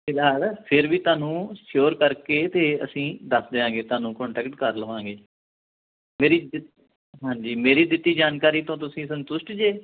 ਫਿਲਹਾਲ ਫਿਰ ਵੀ ਤੁਹਾਨੂੰ ਸ਼ਉਰ ਕਰਕੇ ਅਤੇ ਅਸੀਂ ਦੱਸ ਦਿਆਂਗੇ ਤੁਹਾਨੂੰ ਕੋਂਟੈਕਟ ਕਰ ਲਵਾਂਗੇ ਮੇਰੀ ਦਿੱਤ ਹਾਂਜੀ ਮੇਰੀ ਦਿੱਤੀ ਜਾਣਕਾਰੀ ਤੋਂ ਤੁਸੀਂ ਸੰਤੁਸ਼ਟ ਜੇ